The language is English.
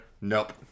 Nope